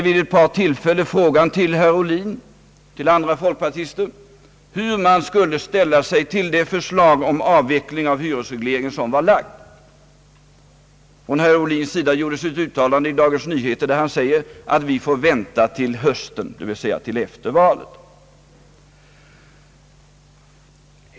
Vid ett par tillfällen frågade jag herr Ohlin och andra folkpartister hur man skulle ställa sig till det förslag om avveckling av hyresregleringen som framlagts. I ett uttalande i Dagens Nyheter sade herr Ohlin att vi får vänta till hösten — dvs. till efter valet.